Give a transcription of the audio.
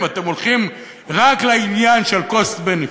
אם אתם הולכים רק לעניין של cost benefit,